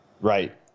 right